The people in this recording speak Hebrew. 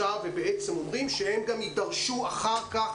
ובעצם אומרים שהם גם יידרשו אחר-כך,